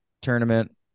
tournament